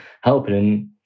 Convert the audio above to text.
helping